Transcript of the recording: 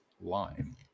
line